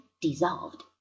dissolved